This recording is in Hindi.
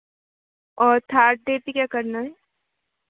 और थर्ड डे पे क्या करना है